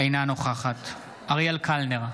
אינה נוכחת אריאל קלנר,